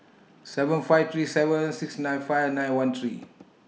seven five three seven six nine five nine one three